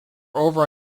over